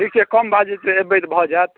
ठीक छै कम भऽ जेतै अएबै तऽ भऽ जाएत